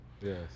Yes